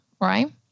right